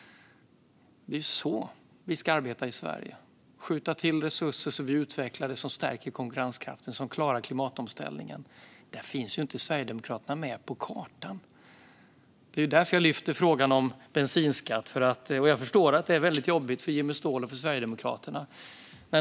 Det är så vi ska arbeta i Sverige. Vi ska skjuta till resurser så att vi utvecklar det som stärker konkurrenskraften och som klarar klimatomställningen. Där finns inte Sverigedemokraterna med på kartan. Det är därför jag lyfter upp frågan om bensinskatt. Jag förstår att detta är väldigt jobbigt för Jimmy Ståhl och Sverigedemokraterna.